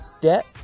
debt